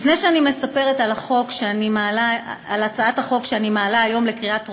לפני שאני מספרת על הצעת החוק שאני מעלה היום לקריאה טרומית,